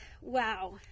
Wow